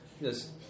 Yes